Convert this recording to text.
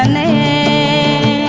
and a